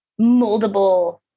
moldable